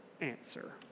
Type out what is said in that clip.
answer